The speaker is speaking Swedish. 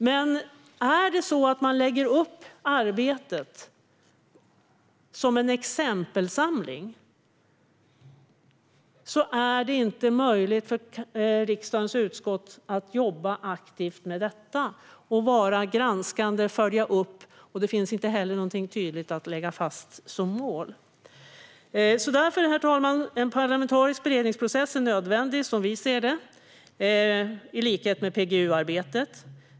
Men om man lägger upp arbetet som en exempelsamling är det inte möjligt för riksdagens utskott att arbeta aktivt med detta, att vara granskande och följa upp. Det finns inte heller något tydligt att lägga fast som mål. Herr talman! Därför är en parlamentarisk beredningsprocess nödvändig, som vi ser det, i likhet med PGU-arbetet.